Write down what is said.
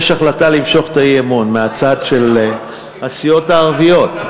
יש החלטה למשוך את האי-אמון מהצד של הסיעות הערביות.